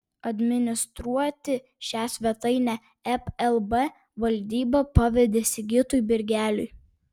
administruoti šią svetainę plb valdyba pavedė sigitui birgeliui